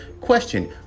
question